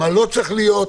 מה לא צריך להיות,